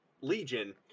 legion